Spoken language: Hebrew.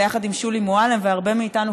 ביחד עם שולי מועלם והרבה מאיתנו,